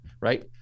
right